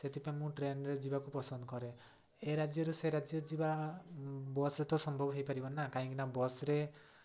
ସେଥିପାଇଁ ମୁଁ ଟ୍ରେନ୍ରେ ଯିବାକୁ ପସନ୍ଦ କରେ ଏ ରାଜ୍ୟରୁ ସେ ରାଜ୍ୟ ଯିବା ବସ୍ରେ ତ ସମ୍ଭବ ହେଇପାରିବ ନି ନା କାହିଁକିନା ବସ୍ରେ